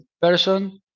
person